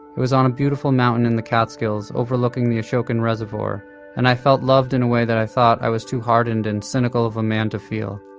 it was on a beautiful mountain in the catskills overlooking the ashokan reservoir and i felt loved in a way that i thought i was too hardened and cynical of a man to feel.